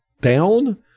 down